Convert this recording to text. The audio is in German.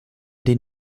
den